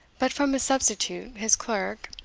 but from his substitute, his clerk,